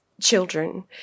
children